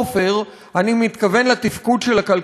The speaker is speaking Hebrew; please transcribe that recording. אני מתכוון לתפקוד של הכלכלה הישראלית,